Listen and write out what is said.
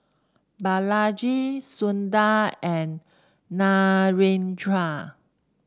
Balaji Sundar and Narendra